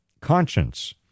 conscience